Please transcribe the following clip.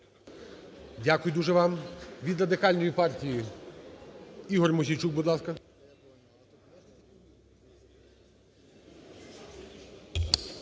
Дякую дуже вам. Від Радикальної партії Ігор Мосійчук, будь ласка.